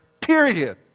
Period